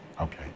Okay